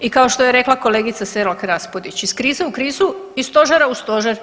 I kao što je rekla kolegica Selak Raspudić iz krize u krizu, iz stožera u stožer.